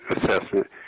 assessment